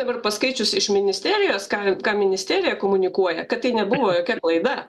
dabar paskaičius iš ministerijos ką ką ministerija komunikuoja kad tai nebuvo jokia klaida